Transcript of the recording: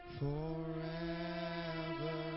forever